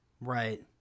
Right